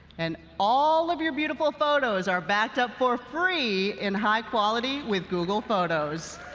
and all of your beautiful photos are backed up for free in high quality with google photos.